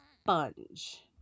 sponge